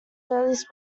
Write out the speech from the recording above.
earliest